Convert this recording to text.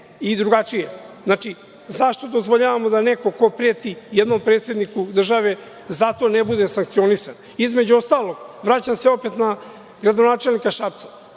i drugačije. Znači, zašto dozvoljavamo da neko ko preti jednom predsedniku države, zato ne bude sankcionisan? Između ostalog, vraćam se opet na gradonačelnika Šapca,